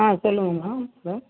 சொல்லுங்கள் மேம்